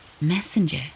Messenger